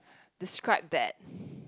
describe that